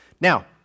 Now